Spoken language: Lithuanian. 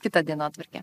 kitą dienotvarkę